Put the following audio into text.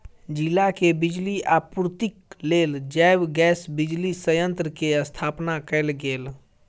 जिला के बिजली आपूर्तिक लेल जैव गैस बिजली संयंत्र के स्थापना कयल गेल